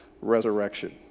resurrection